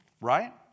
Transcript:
Right